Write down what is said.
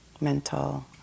mental